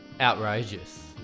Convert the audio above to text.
Outrageous